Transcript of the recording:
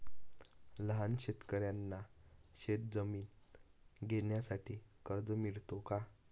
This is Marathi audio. लहान शेतकऱ्यांना शेतजमीन घेण्यासाठी कर्ज मिळतो का?